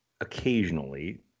occasionally